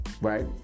right